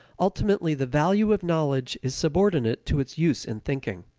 ultimately the value of knowledge is subordinate to its use in thinking.